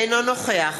אינו נוכח